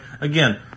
again